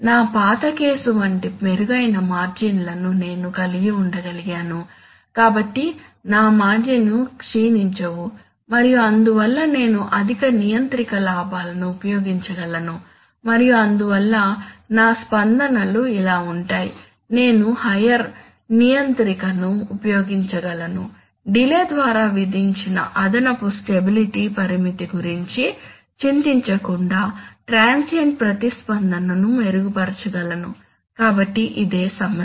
నా పాత కేసు వంటి మెరుగైన మార్జిన్లను నేను కలిగి ఉండగలిగాను కాబట్టి నా మార్జిన్లు క్షీణించవు మరియు అందువల్ల నేను అధిక నియంత్రిక లాభాలను ఉపయోగించగలను మరియు అందువల్ల నా స్పందనలు ఇలా ఉంటాయి నేను హయ్యర్ నియంత్రికను ఉపయోగించగలను డిలే ద్వారా విధించిన అదనపు స్టెబిలిటీ పరిమితి గురించి చింతించకుండా ట్రాన్సియెంట్ ప్రతిస్పందనను మెరుగుపరచగలను కాబట్టి ఇదే సమస్య